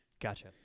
Gotcha